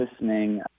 listening